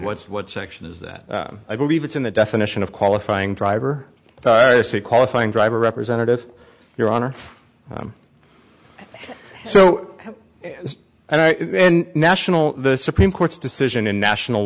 what's what section is that i believe it's in the definition of qualifying driver qualifying driver representative your honor so and then national the supreme court's decision in national